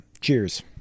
Cheers